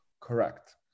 correct